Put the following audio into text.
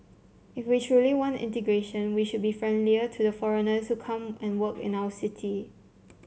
if we truly want integration we should be friendlier to the foreigners who come and work in our city